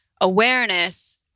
awareness